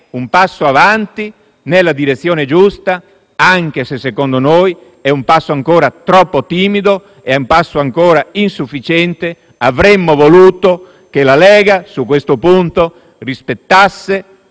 un passo avanti nella direzione giusta, anche se, secondo noi, è un passo ancora troppo timido, un passo ancora insufficiente. Avremmo voluto che la Lega su questo punto rispettasse